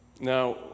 Now